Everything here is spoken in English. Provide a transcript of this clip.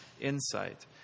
insight